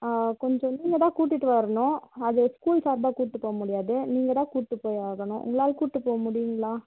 கொஞ்சம் நீங்கள் தான் கூட்டிகிட்டு வரணும் அது ஸ்கூல் சார்பாக கூட்டு போக முடியாது நீங்கள் தான் கூட்டு போய் ஆகணும் உங்களால் கூட்டு போக முடியுங்களா